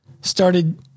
started